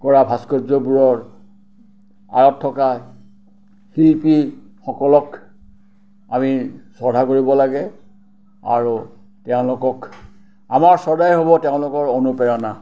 কৰা ভাস্কৰ্যবোৰৰ আঁৰত থকা শিল্পীসকলক আমি শ্ৰদ্ধা কৰিব লাগে আৰু তেওঁলোকক আমাৰ শ্ৰদ্ধাই হ'ব তেওঁলোকৰ অনুপ্ৰেৰণা